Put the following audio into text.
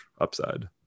upside